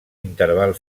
interval